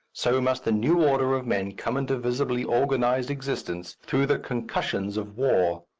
so must the new order of men come into visibly organized existence through the concussions of war.